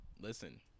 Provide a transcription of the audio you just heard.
Listen